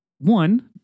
one